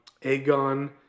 Aegon